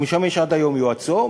שמשמש עד היום יועצו,